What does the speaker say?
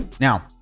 now